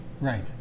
Right